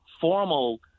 formal